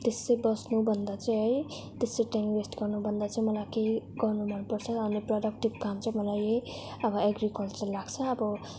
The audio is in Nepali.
त्यसै बस्नु भन्दा चाहिँ है त्यसै टाइम वेस्ट गर्नु भन्दा चाहिँ केही गर्नु मनपर्छ अनि प्रडक्टिभ काम चाहिँ मलाई यही अब एग्रिकल्चर लाग्छ अब